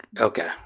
okay